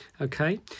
Okay